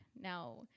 Now